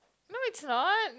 no it's not